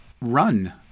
run